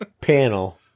panel